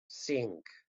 cinc